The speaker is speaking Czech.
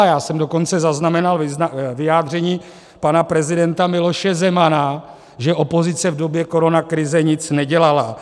Já jsem dokonce zaznamenal vyjádření pana prezidenta Miloše Zemana, že opozice v době koronakrize nic nedělala.